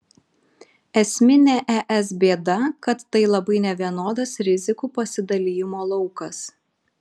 esminė es bėda kad tai labai nevienodas rizikų pasidalijimo laukas